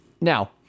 Now